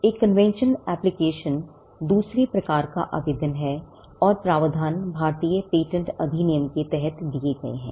एक convention application दूसरे प्रकार का आवेदन है और प्रावधान भारतीय पेटेंट अधिनियम के तहत दिए गए हैं